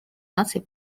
наций